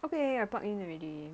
okay I plug in already